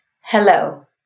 Hello